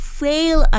fail